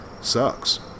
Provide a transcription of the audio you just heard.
sucks